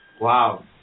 Wow